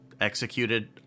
executed